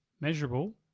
measurable